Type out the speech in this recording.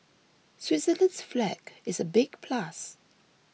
Switzerland's flag is a big plus